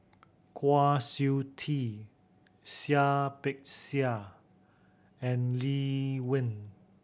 Kwa Siew Tee Seah Peck Seah and Lee Wen